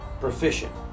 proficient